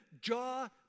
jaw